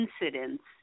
incidents